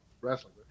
wrestling